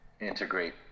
integrate